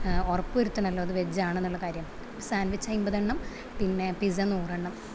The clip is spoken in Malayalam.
ഉറപ്പ് വരുത്തണമ അത് വെജ് ആണെന്നുള്ള കാര്യം സാൻവിച്ച് അമ്പത് എണ്ണം പിന്നെ പിസ നൂറെണ്ണം